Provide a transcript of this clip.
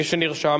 מי שנרשם,